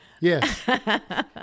Yes